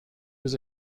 was